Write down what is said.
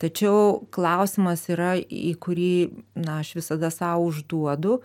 tačiau klausimas yra į kurį na aš visada sau užduodu